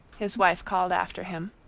his wife called after him.